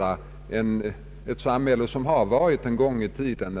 av ett samhälle som en gång varit.